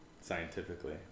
scientifically